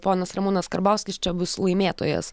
ponas ramūnas karbauskis čia bus laimėtojas